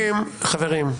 חברים.